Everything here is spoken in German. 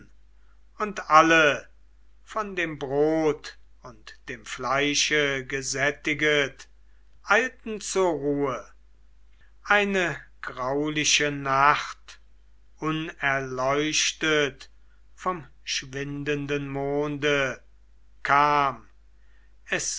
und alle von dem brot und dem fleische gesättiget eilten zur ruhe eine grauliche nacht unerleuchtet vom schwindenden monde kam es